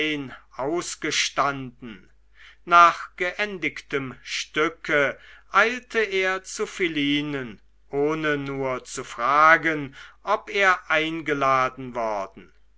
ausgestanden nach geendigtem stücke eilte er zu philinen ohne nur zu fragen ob er eingeladen worden